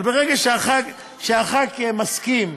אבל ברגע שחבר הכנסת מסכים,